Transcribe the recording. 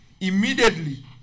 Immediately